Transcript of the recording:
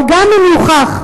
אבל גם אם יוכח,